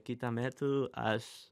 kitą metu aš